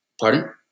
Pardon